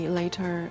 later